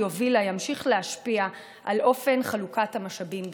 הובילה ימשיך להשפיע על אופן חלוקת המשאבים בישראל.